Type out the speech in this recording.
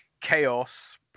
chaos